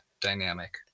Dynamic